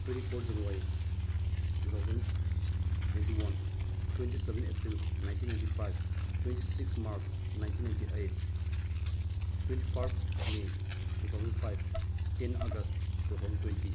twenty four January two thousand twenty one twenty seven April nineteen ninety five twenty six March nineteen ninety eight twenty first may two thousand five ten August two thousand twenty